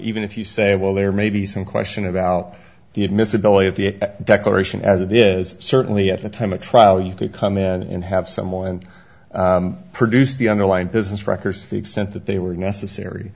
even if you say well there may be some question about the admissibility of the declaration as it is certainly at the time of trial you could come in and have some oil and produce the underlying business records to the extent that they were necessary